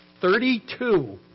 Thirty-two